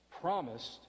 promised